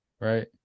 right